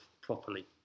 properly